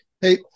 Hey